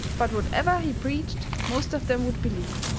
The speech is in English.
but whatever he preached most of them would believe.